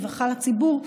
רווחה לציבור,